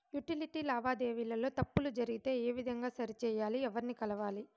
Utility లావాదేవీల లో తప్పులు జరిగితే ఏ విధంగా సరిచెయ్యాలి? ఎవర్ని కలవాలి?